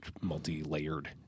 multi-layered